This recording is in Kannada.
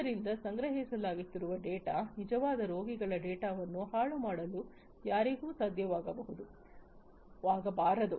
ಆದ್ದರಿಂದ ಸಂಗ್ರಹಿಸಲಾಗುತ್ತಿರುವ ಡೇಟಾ ನಿಜವಾದ ರೋಗಿಗಳ ಡೇಟಾವನ್ನು ಹಾಳುಮಾಡಲು ಯಾರಿಗೂ ಸಾಧ್ಯವಾಗಬಾರದು